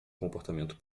comportamento